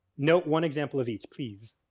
note one example of each, please.